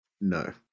No